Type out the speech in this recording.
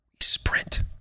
Sprint